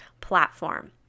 platform